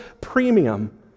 premium